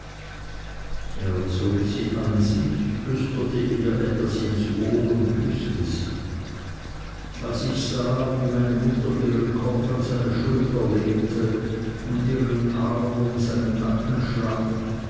er zog sie an sich flüsterte ihr etwas ins ohr und küßte sie als ich sah wie meine mutter ihren kopf an seine schulter lehnte und ihren arm um seinen nacken schlang